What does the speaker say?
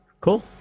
Cool